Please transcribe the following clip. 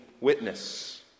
witness